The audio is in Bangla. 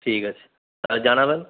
ঠিক আছে আর জানাবেন